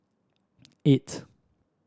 eight